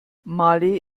malé